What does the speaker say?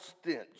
stench